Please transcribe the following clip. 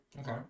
Okay